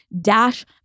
Dash